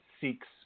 seeks